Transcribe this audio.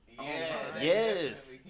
Yes